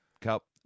Cup